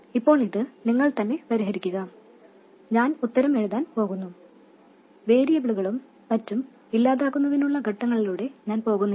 ഇപ്പോൾ ഇത് നിങ്ങൾതന്നെ പരിഹരിക്കുക ഞാൻ ഉത്തരം എഴുതാൻ പോകുന്നു വേരിയബിളുകളും മറ്റും ഇല്ലാതാക്കുന്നതിനുള്ള ഘട്ടങ്ങളിലൂടെ ഞാൻ പോകുന്നില്ല